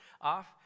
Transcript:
off